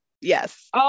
Yes